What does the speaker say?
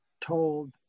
told